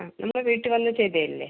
ആ നമ്മുടെ വീട്ടിൽ വന്ന് ചെയ്തുതരില്ലെ